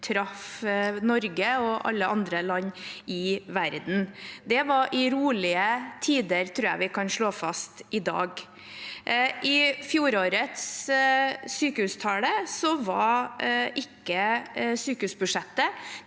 traff Norge og alle andre land i verden. Det var i rolige tider – det tror jeg vi kan slå fast i dag. Ved fjorårets sykehustale var ikke sykehusbudsjettet